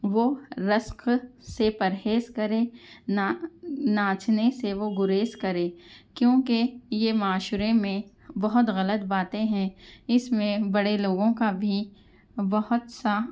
وہ رقص سے پرہیز کریں نا ناچنے سے وہ گُریز کریں کیونکہ یہ معاشرے میں بہت غلط باتیں ہیں اس میں بڑے لوگوں کا بھی بہت سا